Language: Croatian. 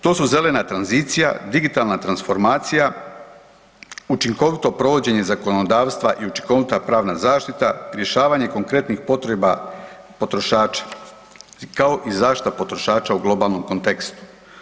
To su zelena tranzicija, digitalna transformacija, učinkovito provođenje zakonodavstva i učinkovita pravna zaštita, rješavanje konkretnih potreba potrošača, kao i zaštita potrošača u globalnom kontekstu.